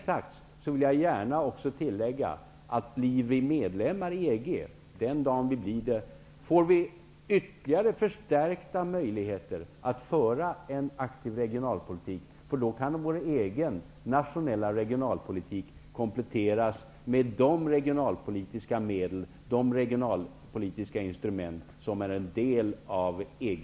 Jag vill också gärna tillägga att vi den dag som vi blir medlemmar i EG får ytterligare förstärkta möjligheter att föra en aktiv regionalpolitik. Då kan vår egen nationella regionalpolitik kompletteras med de regionalpolitiska medel och instrument som är en del av EG.